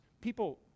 people